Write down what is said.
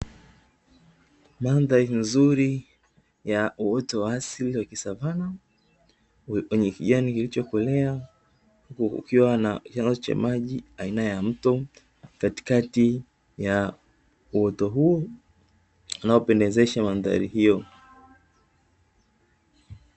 Mandhari nzuri ya uoto wa asili wa kisavana, yenye kijani kilichokolea, huku kukiwa na chanzo cha maji aina ya mto katikati ya uoto huo, unaopendezesha mandhari hiyo.